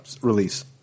release